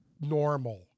normal